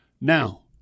Now